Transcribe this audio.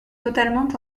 totalement